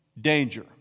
danger